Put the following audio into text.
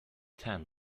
ten